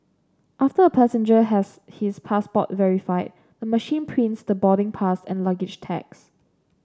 after a passenger has his passport verified the machine prints the boarding pass and luggage tags